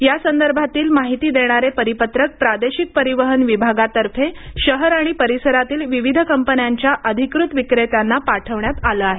यासंदर्भातील माहिती देणारे परिपत्रक प्रादेशिक परिवहन विभागातर्फे शहर आणि परिसरातील विविध कंपन्यांच्या अधिकृत विक्रेत्याला पाठवण्यात आलं आहे